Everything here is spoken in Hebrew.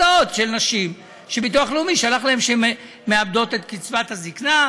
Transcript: את ההודעות של נשים שהביטוח הלאומי שלח להן שהן מאבדות את קצבת הזקנה.